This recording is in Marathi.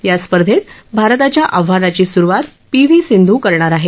या स्पर्धेत भारताच्या आव्हानाची सुरूवात पी व्ही सिंध करणार आहे